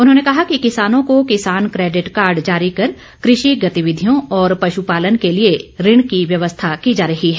उन्होंने कहा कि किसानों को किसान क्रेडिट कार्ड जारी कर कृषि गतिविधियों और पशु पालन के लिए के लिए ऋण की व्यवस्था की जा रही है